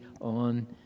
on